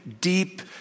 deep